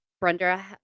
Brenda